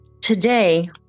today